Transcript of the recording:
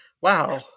Wow